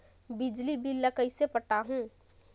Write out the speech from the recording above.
बिजली बिल ल कइसे पटाहूं?